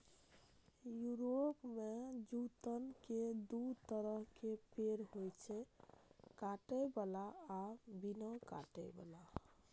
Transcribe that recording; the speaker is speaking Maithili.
यूरोप मे जैतून के दू तरहक पेड़ होइ छै, कांट बला आ बिना कांट बला